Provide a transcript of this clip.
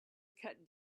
cut